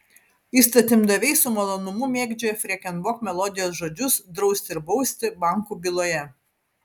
įstatymdaviai su malonumu mėgdžioja freken bok melodijos žodžius drausti ir bausti bankų byloje